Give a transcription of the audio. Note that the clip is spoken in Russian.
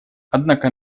однако